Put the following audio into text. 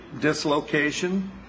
dislocation